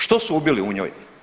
Što su ubili u njoj?